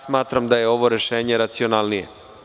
Smatram, da je ovo rešenje racionalnije.